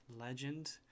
legend